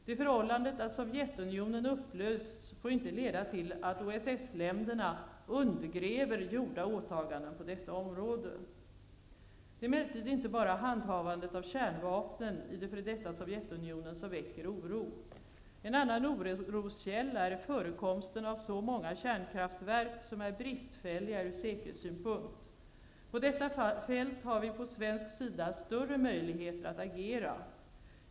Det förhållandet att Sovjetunionen upplösts får inte leda till att OSS-länderna undergräver gjorda åtaganden på detta område. Det är emellertid inte bara handhavandet av kärnvapnen i det f.d. Sovjetunionen som väcker oro. En annan oroskälla är förekomsten av så många kärnkraftverk som är bristfälliga ur säkerhetssynpunkt. På detta fält har vi på svensk sida större möjligheter att agera.